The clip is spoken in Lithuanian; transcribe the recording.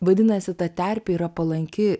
vadinasi ta terpė yra palanki